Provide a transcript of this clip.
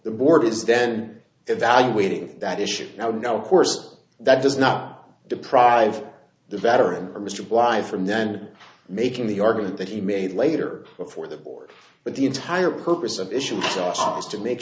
the board is then evaluating that issue now no course that does not deprive the veteran or mr bligh from then making the argument that he made later before the court but the entire purpose of issue was to make